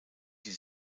die